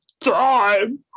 time